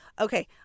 okay